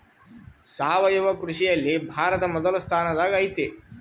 ಸಾವಯವ ಕೃಷಿಯಲ್ಲಿ ಭಾರತ ಮೊದಲ ಸ್ಥಾನದಾಗ್ ಐತಿ